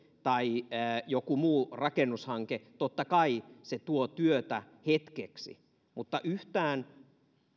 tai joku muu rakennushanke ja totta kai se tuo työtä hetkeksi mutta yhtään